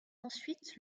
ensuite